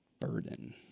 burden